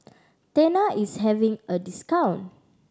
Tena is having a discount